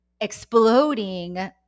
exploding